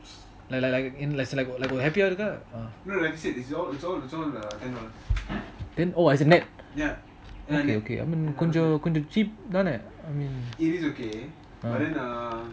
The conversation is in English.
like like like சில:silla happy hour இருக்க:iruka then oh as in net ya okay okay கொஞ்சம்:konjam cheap தான:thaana leh